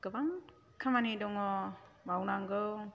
गोबां खामानि दङ मावनांगौ